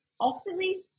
ultimately